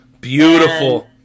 Beautiful